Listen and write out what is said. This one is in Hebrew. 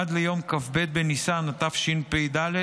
עד ליום כ"ב בניסן התשפ"ד,